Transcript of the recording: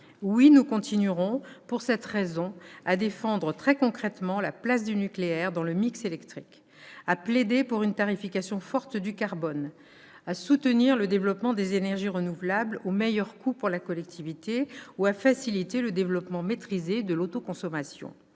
Oui, nous continuerons, pour cette raison, à défendre très concrètement la place du nucléaire dans le mix électrique, à plaider pour une tarification forte du carbone, à soutenir le déploiement des énergies renouvelables au meilleur coût pour la collectivité, ou à faciliter le développement maîtrisé de l'autoconsommation.